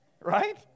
Right